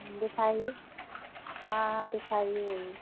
दिखाइए हाँ हाँ दिखाइए